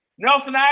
Nelson